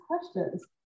questions